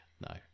no